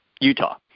Utah